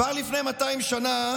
כבר לפני 200 שנה,